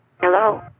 Hello